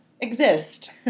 exist